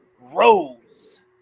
Rose